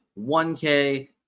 1K